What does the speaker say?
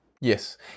Yes